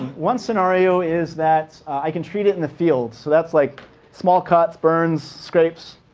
one scenario is that i can treat it in the field. so that's like small cuts, burns, scrapes,